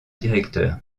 directeur